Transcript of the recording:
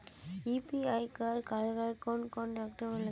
UPI कर करावेल कौन कौन डॉक्यूमेंट लगे है?